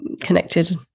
connected